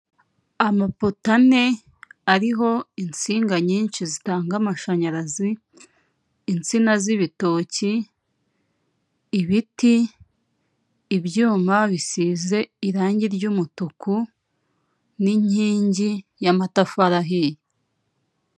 Amapoto ane ariho insinga nyinshi zitanga amashanyarazi insina z'ibitoki, ibiti, ibyuma bisize irangi ry'umutuku n'inkingi y'amatafari ahiye.